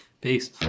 peace